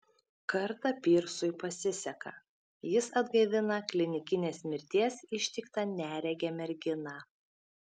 kartą pyrsui pasiseka jis atgaivina klinikinės mirties ištiktą neregę merginą